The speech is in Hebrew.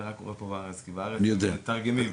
פה בארץ הם מתרגמים.